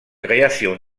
création